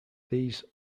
these